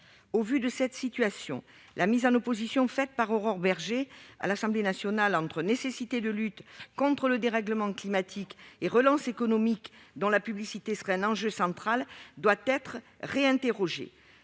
Au vu de cette situation, l'opposition faite par Aurore Bergé, à l'Assemblée nationale, entre nécessité de lutte contre le dérèglement climatique, d'une part, et relance économique, dont la publicité serait un enjeu central, d'autre part, doit être réinterrogée.